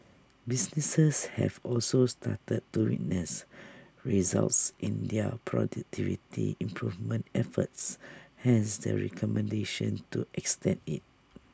businesses have also started to witness results in their productivity improvement efforts hence the recommendation to extend IT